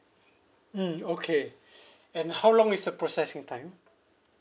mm okay and how long is the processing time